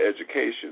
education